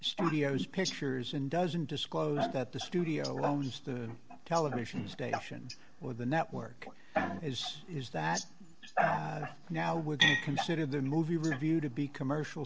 studio's pictures and doesn't disclose that the studio loans the television station or the network is is that now would you consider the movie review to be commercial